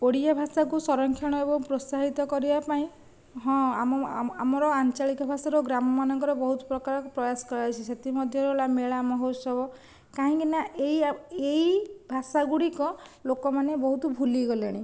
ଓଡ଼ିଆ ଭାଷାକୁ ସଂରକ୍ଷଣ ଏବଂ ପ୍ରୋତ୍ସାହିତ କରିବା ପାଇଁ ହଁ ଆମ ଆମର ଆଞ୍ଚଳିକ ଭାଷାର ଓ ଗ୍ରାମ ମାନଙ୍କରେ ବହୁତ ପ୍ରକାର ପ୍ରୟାସ କରାଯାଇଛି ସେଥିମଧ୍ୟରୁ ହେଲା ମେଳା ମହୋତ୍ସବ କାହିଁକିନା ଏଇ ଭାଷା ଗୁଡ଼ିକ ଲୋକମାନେ ବହୁତ ଭୁଲିଗଲେଣି